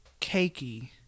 cakey